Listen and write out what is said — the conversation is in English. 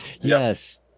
Yes